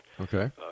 Okay